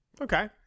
Okay